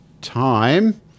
time